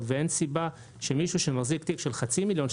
ואין סיבה שמישהו שמחזיק תיק של חצי מיליון,